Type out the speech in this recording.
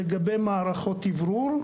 לגבי מערכות אוורור,